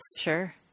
Sure